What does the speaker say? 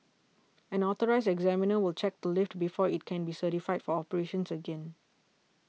an Authorised Examiner will check the lift before it can be certified for operations again